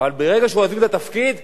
הכול מותר, הכול אפשרי.